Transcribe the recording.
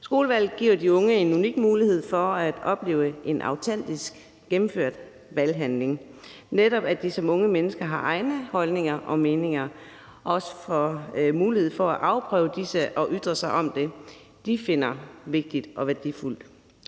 Skolevalget giver de unge en unik mulighed for at opleve en autentisk gennemført valghandling, hvor de som unge mennesker netop har egne holdninger og meninger og får mulighed for at afprøve disse og ytre sig om det, de finder vigtigt og værdifuld.